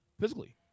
physically